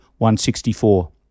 164